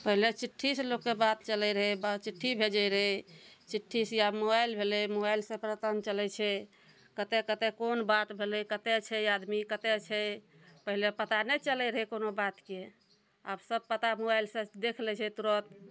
पहिले चिट्ठी से लोकके बात चलै रहै चिट्ठी भेजै रहै चिट्ठी से आब मोबाइल भेलै मोबाइल से पता चलै छै कते कते कोन बात भेलै कते छै आदमी कते छै पहिले पता नहि चलै रहै कोनो बातके आब सब पता मोबाइल से देख लै छै तुरत